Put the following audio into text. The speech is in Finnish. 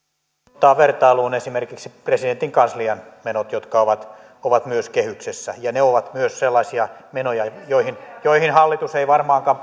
ottaa vertailuun esimerkiksi presidentin kanslian menot jotka ovat ovat myös kehyksessä ja ne ovat myös sellaisia menoja joihin joihin hallitus ei varmaankaan